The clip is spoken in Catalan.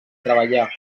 treballar